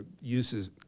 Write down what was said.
uses